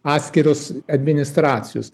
atskiros administracijos